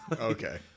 Okay